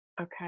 Okay